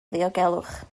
ddiogelwch